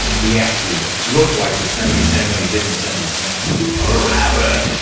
he actually looked like yosemite sam when he did yosemite sam a rabbit.